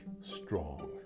strong